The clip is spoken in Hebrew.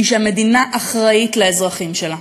היא שהמדינה אחראית לאזרחים שלה.